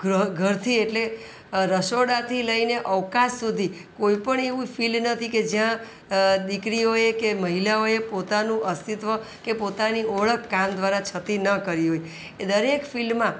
ગ્રહ ઘ ઘરથી એટલે રસોડાથી લઈને અવકાશ સુધી કોઈ પણ એવું ફિલ્ડ નથી કે જ્યાં દિકરીઓએ કે મહિલાઓએ પોતાનું અસ્તિત્વ કે પોતાની ઓળખ કામ દ્વારા છતી ન કરી હોય એ દરેક ફિલ્ડમાં